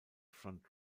front